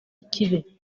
kibe